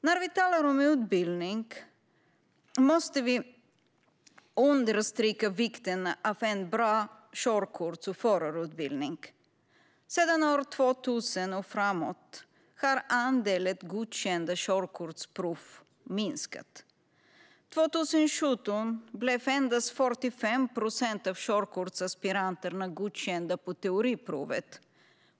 När vi talar om utbildning måste vi understryka vikten av en bra körkorts och förarutbildning. Sedan år 2000 har andelen godkända körkortsprov minskat. År 2017 blev endast 45 procent av körkortsaspiranterna godkända på teoriprovet.